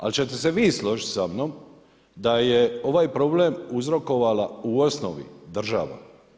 Ali ćete se vi složiti sa mnom da je ovaj problem uzrokovala u osnovi država.